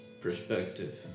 ...Perspective